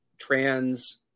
trans